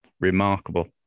remarkable